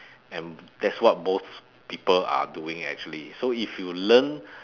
and that's what most people are doing actually so if you learn